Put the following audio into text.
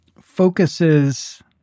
focuses